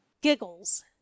giggles